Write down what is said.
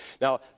Now